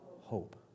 Hope